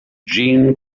jeanne